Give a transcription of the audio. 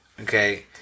Okay